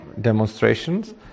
demonstrations